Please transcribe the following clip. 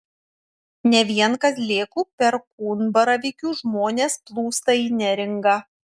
ne vien kazlėkų perkūnbaravykių žmonės plūsta į neringą